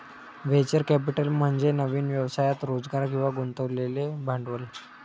venture capital म्हणजे नवीन व्यवसायात रोजगार किंवा गुंतवलेले भांडवल